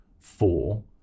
four